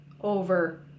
over